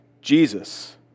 Jesus